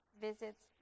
visits